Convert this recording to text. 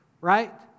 Right